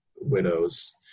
widows